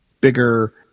bigger